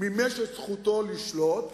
מימש את זכותו לשלוט,